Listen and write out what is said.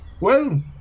Well